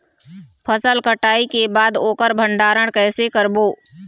फसल कटाई के बाद ओकर भंडारण कइसे करबो?